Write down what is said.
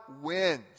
wins